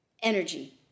energy